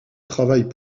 travaille